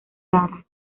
lara